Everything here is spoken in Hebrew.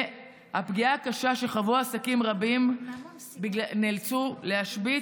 את הפגיעה הקשה שחוו עסקים רבים שנאלצו להשבית